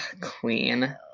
queen